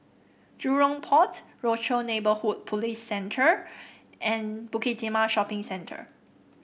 Jurong Port Rochor Neighborhood Police Centre and Bukit Timah Shopping Centre